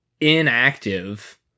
inactive